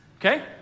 okay